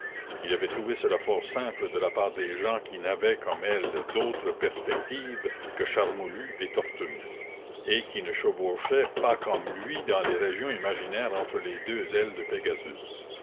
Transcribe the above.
il avait trouvé cela fort simple de la part de gens qui n'avaient comme elle d'autre perspective que charmolue et torterue et qui ne chevauchaient pas comme lui dans les régions imaginaires entre les deux ailes de